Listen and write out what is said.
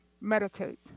meditate